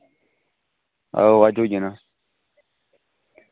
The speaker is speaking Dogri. आहो अज्ज होई जाना